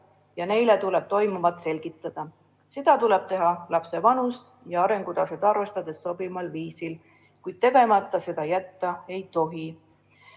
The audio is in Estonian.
ja neile tuleb toimuvat selgitada. Seda tuleb teha lapse vanust ja arengutaset arvestades sobival viisil, kuid tegemata jätta ei